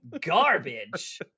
garbage